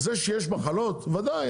זה שיש מחלות וודאי,